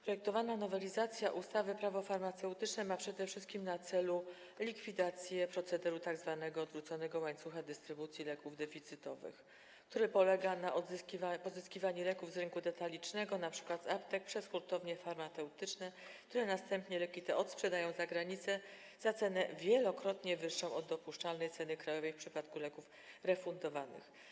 Projektowana nowelizacja ustawy Prawo farmaceutyczne ma przede wszystkim na celu likwidację procederu tzw. odwróconego łańcucha dystrybucji leków deficytowych polegającego na pozyskiwaniu leków z rynku detalicznego, np. z aptek, przez hurtownie farmaceutyczne, które następnie leki te odsprzedają za granicę za cenę wielokrotnie wyższą od dopuszczalnej ceny krajowej w przypadku leków refundowanych.